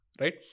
right